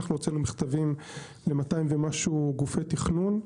הוצאנו מכתבים לכ-200 גופי תכנון,